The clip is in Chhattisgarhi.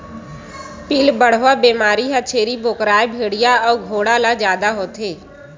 पिलबढ़वा बेमारी ह छेरी बोकराए भेड़िया अउ घोड़ा ल जादा होथे